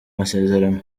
masezerano